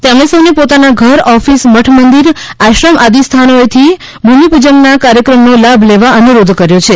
તેમને સૌને પોતાના ઘર ઓફીસ મઠ મંદિર આશ્રમ આદિ સ્થાનોએ થી ભૂમિ પૂજનના કાર્યક્રમનો લાભ લેવા અનુરોધ કર્યો છે